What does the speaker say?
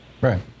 Right